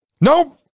Nope